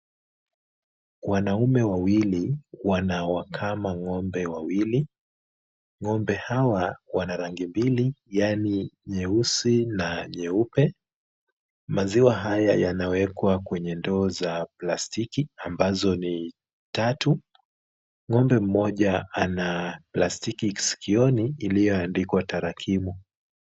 Wanaume wawili wanawakama ng'ombe wawili. Ng'ombe hawa wana rangi mbili, yaani nyeusi na nyeupe. Mazwiwa haya yanawekwa kwenye ndoo za plastiki ambazo ni tatu. Ng'ombe mmoja ana plastiki sikioni iliyoandikwa tarakimu.